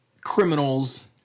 criminals